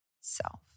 self